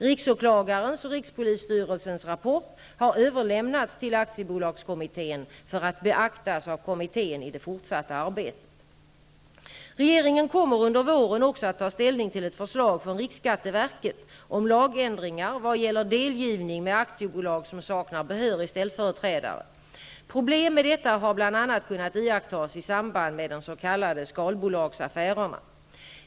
Riksåklagarens och rikspolisstyrelsens rapport har överlämnats till aktiebolagskommittén för att beaktas av kommittén i det fortsatta arbetet. Regeringen kommer under våren också att ta ställning till ett förslag från riksskatteverket om lagändringar vad gäller delgivning med aktiebolag som saknar behörig ställföreträdare. Problemet med detta har bl.a. kunnat iakttas i samband med de s.k. skalbolagsaffärerna.